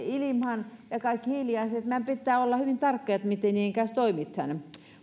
ilmaan ja kaikissa hiiliasioissa meidän pitää olla hyvin tarkkoja siinä miten niiden kanssa toimitaan